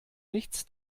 nichts